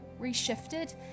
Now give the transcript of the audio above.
reshifted